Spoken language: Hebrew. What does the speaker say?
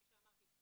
כפי שאמרתי,